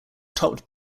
topped